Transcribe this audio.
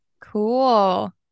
Cool